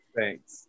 Thanks